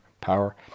power